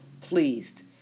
pleased